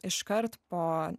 iškart po